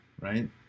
right